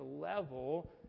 level